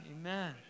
Amen